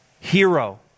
Hero